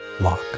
lock